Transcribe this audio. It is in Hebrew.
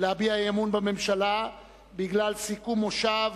להביע אי-אמון בממשלה בגלל סיכום המושב,